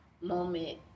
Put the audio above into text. moment